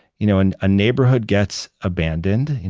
you know and a neighborhood gets abandoned,